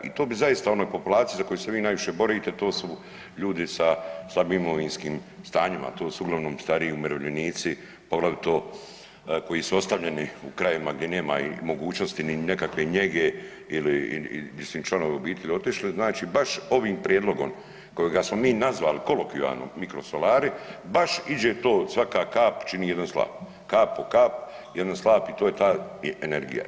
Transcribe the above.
I to bi zaista onoj populaciji za koju se vi najviše borite, to su ljudi sa slabijim imovinskim stanjima, to su uglavnom stariji umirovljenici poglavito koji su ostavljeni u krajevima gdje nema mogućnosti ni nekakve njege ili gdje su im članovi obitelji otišli, znači baš ovim prijedlogom kojega smo mi nazvali kolokvijalno mikrosolari baš iđe to svaka kap čini jedan slap, kap po kap jedan slap i to je ta energija.